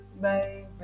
baby